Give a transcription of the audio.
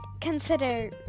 consider